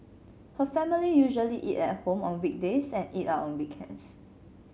her family usually eat at home on weekdays and eat out on weekends